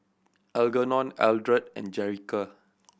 Algernon Eldred and Jerica